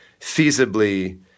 feasibly